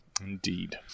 Indeed